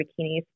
bikinis